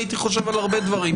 הייתי חושב על הרבה דברים